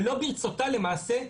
שלא ברצותה למעשה,